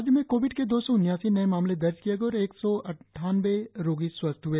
राज्य में कोविड के दो सौ उन्यासी नए मामले दर्ज किए गए और एक सौ अट्ठानबे रोगी स्वस्थ हुए